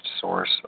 source